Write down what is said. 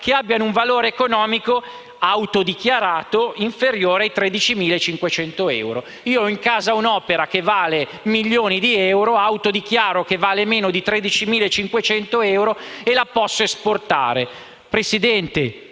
che abbiano un valore economico autodichiarato inferiore ai 13.500 euro. Io ho in casa un'opera che vale milioni di euro, dichiaro che vale meno di 13.500 euro e la posso esportare. Signora Presidente,